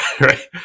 Right